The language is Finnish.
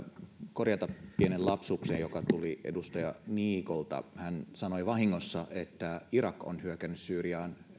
korjata pienen lapsuksen joka tuli edustaja niikolta hän sanoi vahingossa että irak on hyökännyt syyriaan